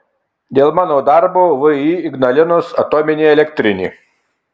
dėl mano darbo vį ignalinos atominė elektrinė